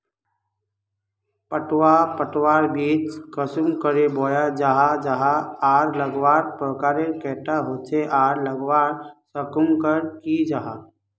पटवा पटवार बीज कुंसम करे बोया जाहा जाहा आर लगवार प्रकारेर कैडा होचे आर लगवार संगकर की जाहा?